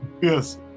Yes